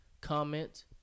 comment